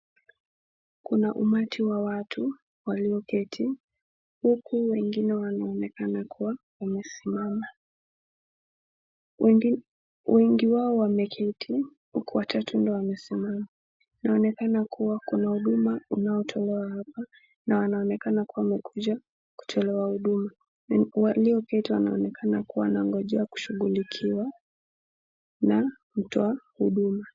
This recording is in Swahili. Kuna umati wa watu walioketi huku wengine wanaonekana kua wamesimama. Wengi wao wameketi huku watatu ndo wamesimama. Inaonekana kua kuna huduma inayotolewa hapa na wanaonekana kua wamekuja kutolewa huduma, walioketi wanaonekana kua nangojea wanashughulikiwa na mtoa huduma.